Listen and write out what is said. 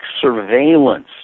surveillance